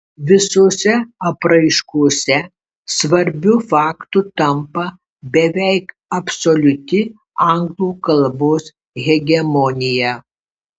visose apraiškose svarbiu faktu tampa beveik absoliuti anglų kalbos hegemonija